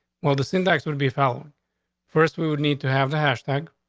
well, the syntax would be following first. we would need to have the hash tag.